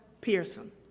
Pearson